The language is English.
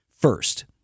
first